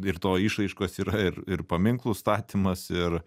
ir to išraiškos yra ir ir paminklų statymas ir